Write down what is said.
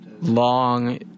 long